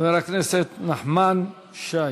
חבר הכנסת נחמן שי.